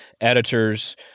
editors